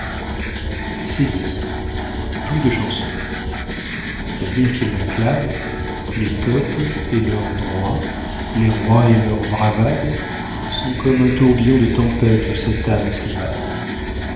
c'est dit plus de chansons l'avenir qu'il réclame les peuples et leur droit les rois et leur bravade sont comme un tourbillon de tempête où cette âme